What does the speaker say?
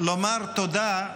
לומר תודה,